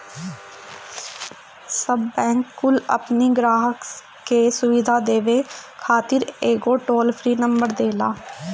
सब बैंक कुल अपनी ग्राहक के सुविधा देवे खातिर एगो टोल फ्री नंबर देला